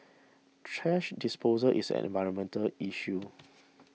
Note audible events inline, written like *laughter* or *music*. thrash disposal is an environmental issue *noise*